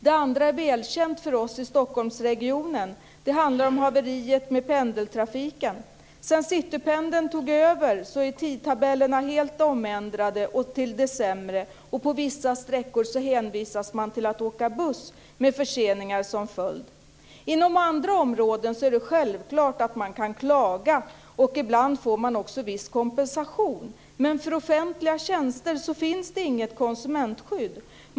Det andra är välkänt för oss i Stockholmsregionen. Det handlar om haveriet med pendeltrafiken. Inom andra områden är det självklart att man kan klaga, och ibland får man också viss kompensation. Men för offentliga tjänster finns det inget konsumentskydd.